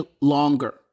longer